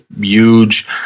huge